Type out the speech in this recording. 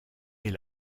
est